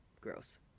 Gross